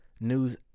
News